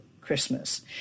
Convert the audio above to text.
Christmas